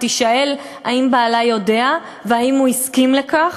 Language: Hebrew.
היא תישאל אם בעלה יודע ואם הוא הסכים לכך.